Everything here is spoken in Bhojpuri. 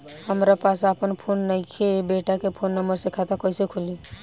हमरा पास आपन फोन नईखे बेटा के फोन नंबर से खाता कइसे खुली?